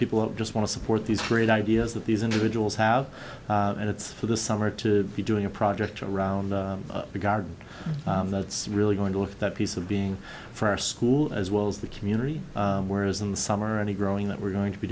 people who just want to support these great ideas that these individuals have and it's for the summer to be doing a project around the garden that's really going to lift that piece of being for our school as well as the community whereas in the summer any growing that we're going to be